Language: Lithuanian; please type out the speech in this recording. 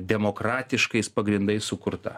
demokratiškais pagrindais sukurta